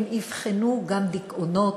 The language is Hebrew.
הן אבחנו גם דיכאונות.